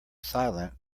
silent